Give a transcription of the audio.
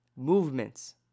movements